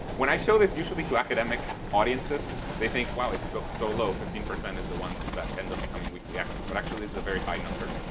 when i show this usually to academic audiences they think, wow. it's so so low. fifteen percent is the ones that end up becoming weekly actives, but actually it's a very high number.